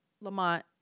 Lamont